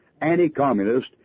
anti-communist